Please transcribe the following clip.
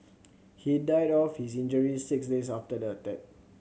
he died of his injuries six days after the attack